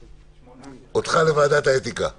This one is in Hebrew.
הצבעה בעד, 8 נגד, 1 נמנעים, אין אושר.